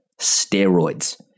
steroids